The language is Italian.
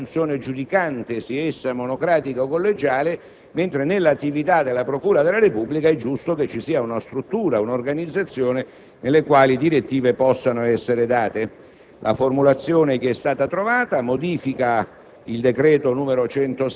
per evidenti ragioni. Nessuno può dare direttive al giudice nella funzione giudicante sia essa monocratica o collegiale, mentre nell'attività della procura della Repubblica è giusto che ci sia una struttura, un'organizzazione cui possano essere date